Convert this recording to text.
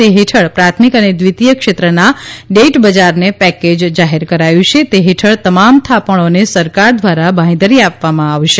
તે હેઠળ પ્રાથમિક અને દ્વિતીય ક્ષેત્રના ડેટ બજારને પેકેજ જાહેર કરાયું છે તે હેઠળ તમામ થાપણોને સરકાર દ્વારા બાંહેધરી આપવામાં આવશે